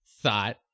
thought